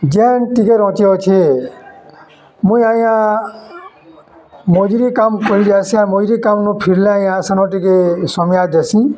ଯେନ୍ ଟିକେରଚେ ଅଛେ ମୁଇଁ ଆଜ୍ଞା ମଜୁରୀ କାମ୍ କରି ଯାଏସି ଆର୍ ମଜୁରୀ କାମ୍ ନୁ ଫିର୍ଲେ ଆଜ୍ଞା ଆର୍ ସେନ ଟିକେ ସମିଆ ଦେସି